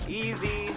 easy